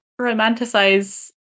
romanticize